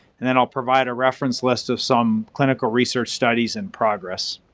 and then i'll provide a reference list of some clinical research studies in progress.